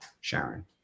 Sharon